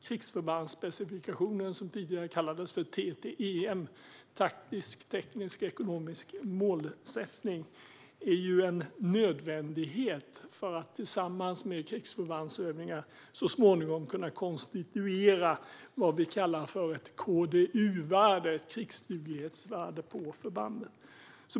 Krigsförbandsspecifikationen - som tidigare kallades för TTEM, taktisk teknisk ekonomisk målsättning - är en nödvändighet för att tillsammans med krigsförbandsövningar så småningom kunna konstituera vad vi kallar för ett KDU-värde, ett krigsduglighetsvärde, på förbandet.